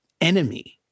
enemy